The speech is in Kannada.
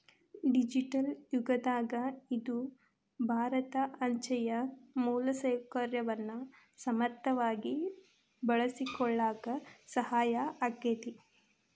ಡಿಜಿಟಲ್ ಯುಗದಾಗ ಇದು ಭಾರತ ಅಂಚೆಯ ಮೂಲಸೌಕರ್ಯವನ್ನ ಸಮರ್ಥವಾಗಿ ಬಳಸಿಕೊಳ್ಳಾಕ ಸಹಾಯ ಆಕ್ಕೆತಿ